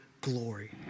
glory